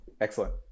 excellent